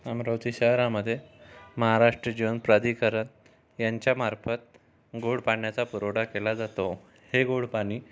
अमरावती शहरामध्ये महाराष्ट्र जल प्राधिकरण यांच्या मार्फत गोड पाण्याचा पुरवठा केला जातो हे गोड पाणी